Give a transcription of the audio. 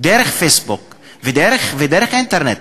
דרך פייסבוק ודרך האינטרנט.